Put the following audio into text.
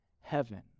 heaven